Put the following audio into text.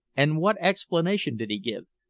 and what explanation did he give?